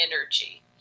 energy